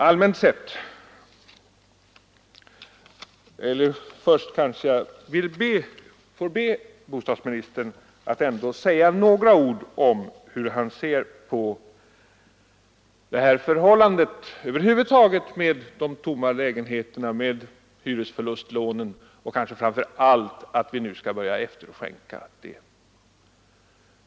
Jag kanske får be bostadsministern att ändå säga några ord om hur han ser på det här förhållandet över huvud taget — med de tomma lägenheterna, med hyresförlustlånen och framför allt med att vi nu skall börja efterskänka dessa lån.